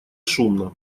шумно